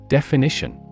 Definition